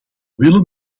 willen